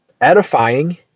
edifying